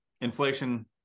inflation